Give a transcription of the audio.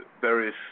various